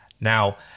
Now